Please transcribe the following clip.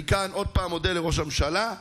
אני מודה לראש הממשלה,